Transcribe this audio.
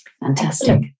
Fantastic